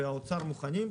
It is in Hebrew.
ובמשרד האוצר מוכנים.